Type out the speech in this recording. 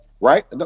right